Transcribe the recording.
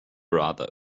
rather